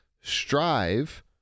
strive